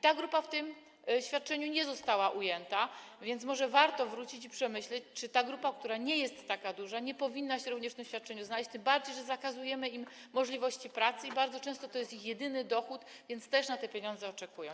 Ta grupa w zapisie o tym świadczeniu nie została ujęta, więc może warto wrócić i przemyśleć, czy ta grupa, która nie jest taka duża, nie powinna się również w zapisie o tym świadczeniu znaleźć, tym bardziej że zakazujemy tym osobom możliwości pracy i bardzo często to jest ich jedyny dochód, więc też na te pieniądze oczekują.